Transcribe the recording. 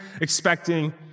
expecting